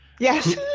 Yes